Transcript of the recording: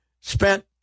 spent